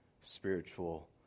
spiritual